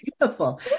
beautiful